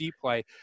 play